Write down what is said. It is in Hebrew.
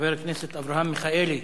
חבר הכנסת אברהם מיכאלי.